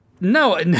No